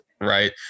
Right